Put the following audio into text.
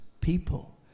people